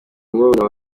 murumuna